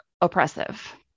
oppressive